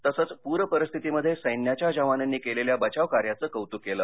तसंच पूरपरिस्थितीमध्ये सैन्याच्या जवानांनी केलेल्या बचाव कार्याचं कौतुक केलं